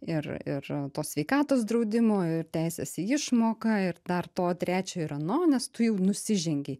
ir ir to sveikatos draudimo ir teisės į išmoką ir dar to trečio ir ano nes tu jau nusižengei